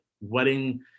wedding